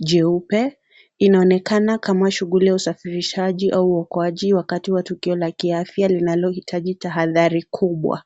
jeupe. Inaonekana kama shughuli ya usafirishaji au uokoaji wakati wa tukio la akiafya linalohitaji tahadhari kubwa.